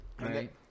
right